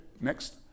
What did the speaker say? next